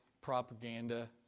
propaganda